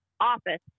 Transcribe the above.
office